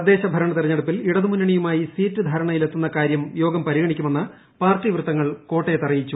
തദ്ദേശ ഭരണ തെരഞ്ഞെടുപ്പിൽ ഇടതുമുന്നണിയുമായി സീറ്റ് ധാരണയിലെത്തുന്ന കാര്യം യോഗം പരിഗണിക്കുമെന്ന് പാർട്ടി വൃത്തങ്ങൾ കോട്ടയത്ത് അറിയിച്ചു